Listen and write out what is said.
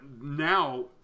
now